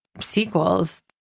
sequels